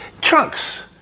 Trucks